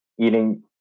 eating